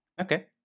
Okay